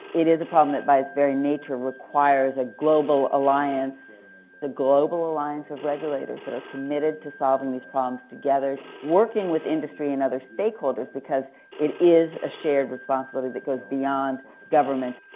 it is a problem that by its very nature requires a global alliance, the global alliance of regulators that are committed to solving thess problems together, working with industry and other stakeholders because it is a shared responsibility that goes beyond government.